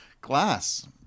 glass